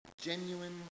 genuine